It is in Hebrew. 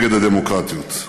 נגד הדמוקרטיות.